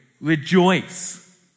rejoice